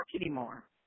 anymore